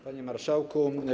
Panie Marszałku!